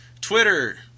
Twitter